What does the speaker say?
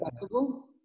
possible